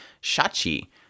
Shachi